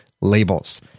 labels